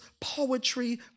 poetry